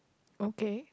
okay